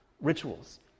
rituals